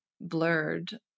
blurred